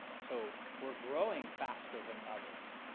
so we're growing faster than others.